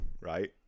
right